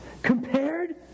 compared